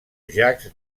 jacques